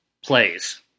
plays